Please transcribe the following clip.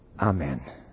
Amen